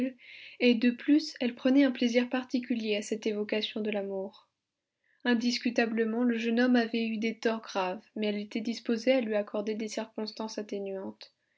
et de plus elle prenait un plaisir particulier à cette évocation de l'amour indiscutablement le jeune homme avait eu des torts graves mais elle était disposée à lui accorder des circonstances atténuantes